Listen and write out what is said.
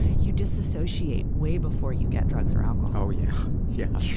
you disassociate way before you get drugs or alcohol. oh yeah! yeah